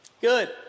Good